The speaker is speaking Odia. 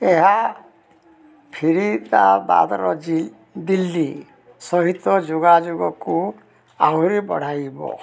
ଏହା ଫରିଦାବାଦର ଜି ଦିଲ୍ଲୀ ସହିତ ଯୋଗାଯୋଗକୁ ଆହୁରି ବଢ଼ାଇବ